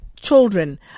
children